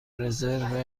رزرو